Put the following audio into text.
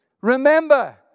Remember